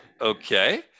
okay